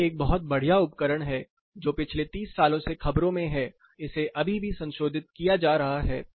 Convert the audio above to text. यह एक बहुत बढ़िया उपकरण है जो पिछले 30 सालों से खबरों में है इसे अभी भी संशोधित किया जा रहा है